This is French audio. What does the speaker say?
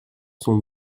sont